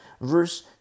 verse